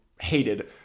hated